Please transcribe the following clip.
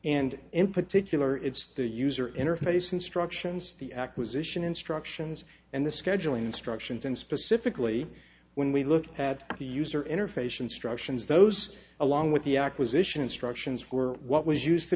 and in particular it's the user interface instructions the acquisition instructions and the scheduling instructions and specifically when we look at the user interface instructions those along with the acquisition instructions were what was used